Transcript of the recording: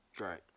Right